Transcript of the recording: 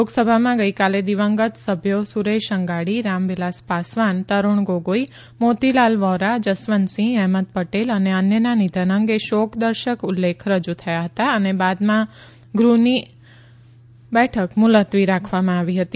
લોકસભામાં ગઇકાલે દિવંગત સભ્યો સુરેશ અંગાડી રામવિલાસ પાસવાન તરુણ ગોગોઇ મોતીલાલ વોરા જસવંતસિંહ અહમદ પટેલ અને અન્યના નિધન અંગે શોક દર્શક ઉલ્લેખ રજુ થયા હતા અને બાદમાં ગૃહની આજની બેઠક મુલતવી રાખવામાં આવી હતી